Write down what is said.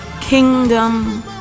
Kingdom